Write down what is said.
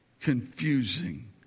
confusing